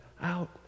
out